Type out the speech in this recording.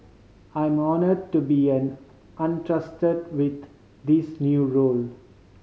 I'm honoured to be an entrusted with this new role